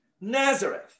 Nazareth